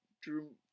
Drew